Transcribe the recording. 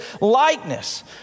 likeness